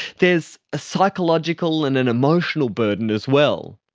there's a psychological and an emotional burden as well.